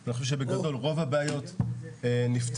אני חושב שבגדול רוב הבעיות נפתרו.